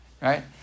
Right